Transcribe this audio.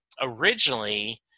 originally